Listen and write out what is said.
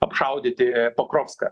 apšaudyti pokrovską